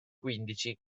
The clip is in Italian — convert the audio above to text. quindici